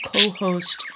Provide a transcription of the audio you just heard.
co-host